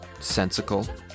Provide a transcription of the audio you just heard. sensical